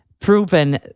proven